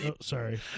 Sorry